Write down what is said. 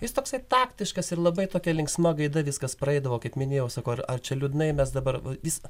jis toksai taktiškas ir labai tokia linksma gaida viskas praeidavo kaip minėjau sakau ar ar čia liūdnai mes dabar viską